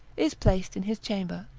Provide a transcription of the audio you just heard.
is placed in his chamber.